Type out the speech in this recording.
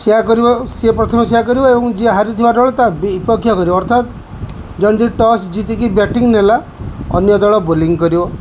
ସେଇଆ କରିବ ସିଏ ପ୍ରଥମେ ସେଇଆ କରିବ ଏବଂ ଯିଏ ହାରିଥିବା ଦଳ ତା ବିପକ୍ଷେ କରିବ ଅର୍ଥାତ ଟସ୍ ଜିତିକି ବ୍ୟାଟିଂ ନେଲା ଅନ୍ୟ ଦଳ ବୋଲିଂ କରିବ